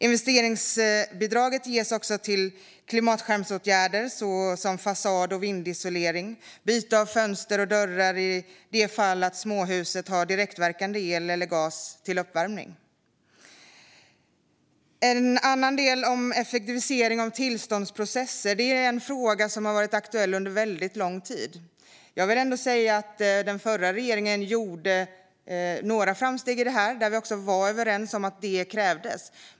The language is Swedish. Investeringsbidraget ges också till klimatskärmsåtgärder såsom fasad och vindisolering och byte av fönster och dörrar i det fall småhuset har direktverkande el eller gas som uppvärmning. En annan del är effektivisering av tillståndsprocesser. Det är en fråga som har varit aktuell under väldigt lång tid. Jag vill ändå säga att den förra regeringen gjorde några framsteg i detta och att vi var överens om att det krävdes.